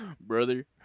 brother